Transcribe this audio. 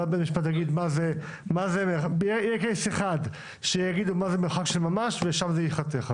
ואז בקייס אחד יגידו מה זה "מרחק של ממש" ושם זה ייחתך.